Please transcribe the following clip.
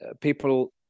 People